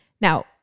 Now